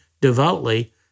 devoutly